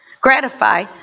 gratify